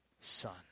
son